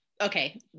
Okay